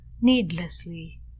needlessly